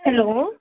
hello